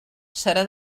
serà